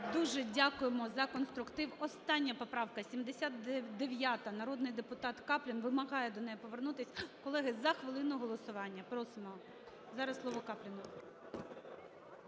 Дуже дякуємо за конструктив. Остання поправка – 79-а. Народний депутат Каплін вимагає до неї повернутись. Колеги, за хвилину голосування. Просимо, зараз слово Капліну.